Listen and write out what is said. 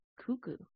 cuckoo